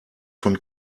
von